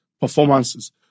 performances